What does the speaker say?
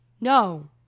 No